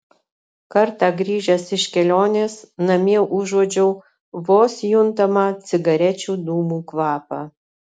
kartą grįžęs iš kelionės namie užuodžiau vos juntamą cigarečių dūmų kvapą